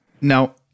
Now